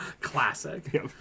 classic